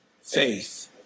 faith